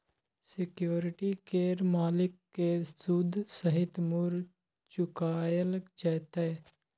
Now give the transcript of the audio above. security केर मालिक केँ सुद सहित मुर चुकाएल जेतै